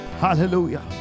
hallelujah